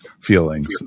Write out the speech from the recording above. feelings